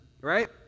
right